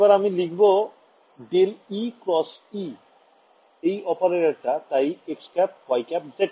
এবার আমি লিখব ∇e × E এই অপারেটরটা তাই xˆ yˆ zˆ